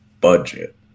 budget